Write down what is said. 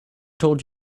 told